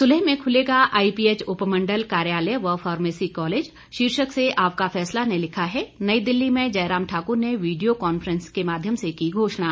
सुलह में खुलेगा आईपीएच उपमंडल कार्यालय व फार्मेसी कालेज शीर्षक से आपका फैसला ने लिखा है नई दिल्ली में जयराम ठाकुर ने वीडियो कांफैस के माध्यम से की घोषणा